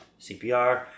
CPR